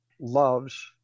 loves